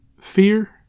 Fear